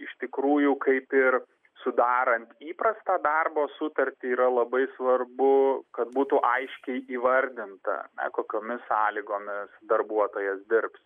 iš tikrųjų kaip ir sudarant įprastą darbo sutartį yra labai svarbu kad būtų aiškiai įvardinta kokiomis sąlygomis darbuotojas dirbs